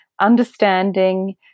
understanding